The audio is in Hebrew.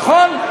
נכון?